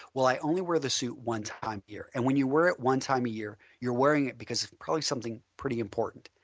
well i only wear the suit one time a year. and when you wear it one time a year you are wearing it because it's probably something pretty important,